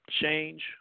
change